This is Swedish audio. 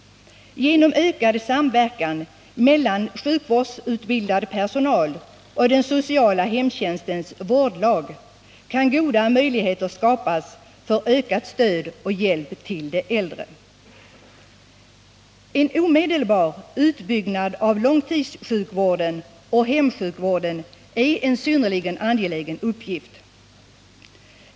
Genom ökad samverkan mellan sjukvårdsutbildad personal och den sociala hemtjänstens vårdlag kan goda möjligheter skapas för ökat stöd och hjälp till de äldre. En omedelbar utbyggnad av långtidssjukvården och hemsjukvården är en synnerligen angelägen uppgift.